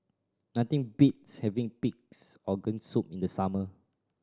nothing beats having Pig's Organ Soup in the summer